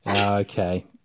okay